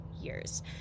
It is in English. years